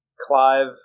Clive